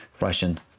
Russian